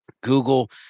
Google